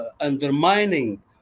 undermining